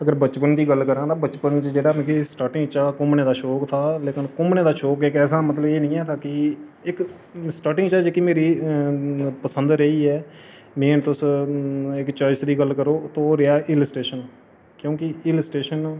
अगर बचपन दी गल्ल करां तां बचपन च जेह्ड़ा मिगी स्टार्टिंग च घूमने दा शौंक हा लेकिन घूमने दा शौंक इक ऐसा मतलब एह् नेईं हा इक स्टार्टिंग च जेह्की मेरी पसंद रेही ऐ मेन तुस इक चाइस दी गल्ल करो तो ओह् रेहा हिल स्टेशन क्योंकि हिल स्टेशन